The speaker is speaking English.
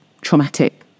traumatic